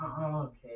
Okay